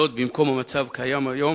וזאת במקום המצב הקיים היום,